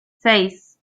seis